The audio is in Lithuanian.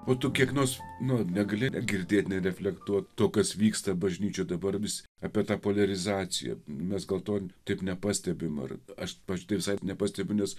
po to kiek nors nu negali negirdėti nereflektuot to kas vyksta bažnyčioje dabar vis apie tą poliarizaciją mes gal to tik nepastebime ar aš pati visai nepastebiu nes